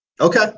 Okay